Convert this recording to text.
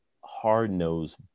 hard-nosed